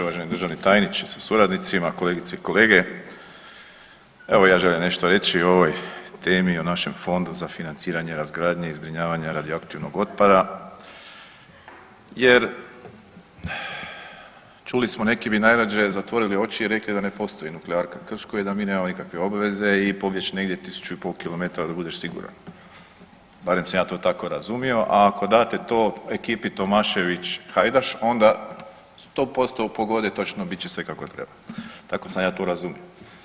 Uvaženi državni tajniče sa suradnicima, kolegice i kolege, evo i ja želim nešto reći o ovoj temi i o našem Fondu za financiranje razgradnje i zbrinjavanja radioaktivnog otpada jer čuli smo neki bi najrađe zatvorili oči i rekli da ne postoji nuklearka Krško i da mi nemamo nikakve obveze i pobjeći negdje tisuću i pol kilometara da budeš siguran, barem sam ja to tako razumio, a ako date to ekipi Tomašević Hajdaš onda 100% u pogodi točno bit će sve kako treba, tako sam ja to razumio.